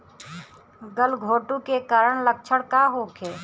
गलघोंटु के कारण लक्षण का होखे?